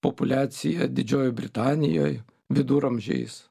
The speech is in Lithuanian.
populiacija didžiojoj britanijoj viduramžiais